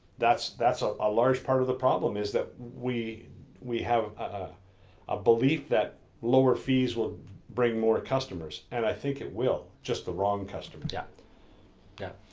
that's that's ah a large part of the problem, is that we we have ah a belief that lower fees will bring more customers and i think it will, just the wrong customer. and yeah yeah,